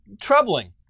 Troubling